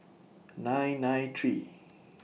nine nine three